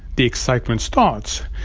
the excitement starts,